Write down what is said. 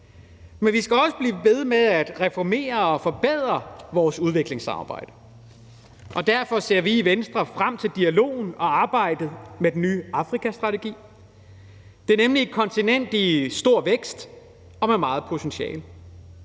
Men vi skal også blive ved med at reformere og forbedre vores udviklingssamarbejde, og derfor ser vi i Venstre frem til dialogen om og arbejdet med den nye Afrikastrategi. Det er nemlig et kontinent i stor vækst og med meget potentiale.